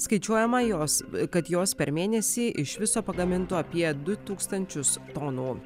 skaičiuojama jos kad jos per mėnesį iš viso pagamintų apie du tūkstančius tonų